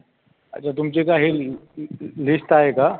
अच्छा तुमची काय हे लिश्त आहे का